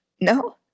No